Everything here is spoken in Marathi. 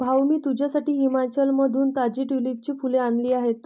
भाऊ, मी तुझ्यासाठी हिमाचलमधून ताजी ट्यूलिपची फुले आणली आहेत